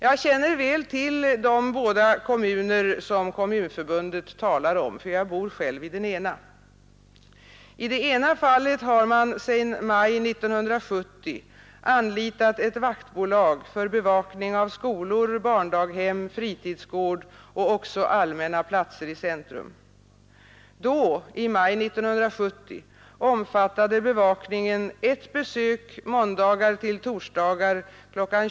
Jag känner väl till de båda kommuner som Kommunförbundet talar om — jag bor själv i en av dem. I det ena fallet har man sedan maj 1970 anlitat ett vaktbolag för bevakning av skolor, barndaghem, fritidsgård och också allmänna platser i centrum. Då — i maj 1970 — omfattade bevakningen ett besök måndagar till torsdagar kl.